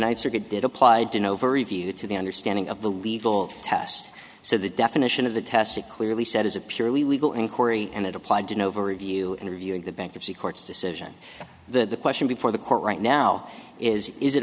circuit did applied to nova review to the understanding of the legal test so the definition of the test it clearly said is a purely legal in corrie and it applied to nova review in reviewing the bankruptcy court's decision the question before the court right now is is it